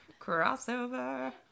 Crossover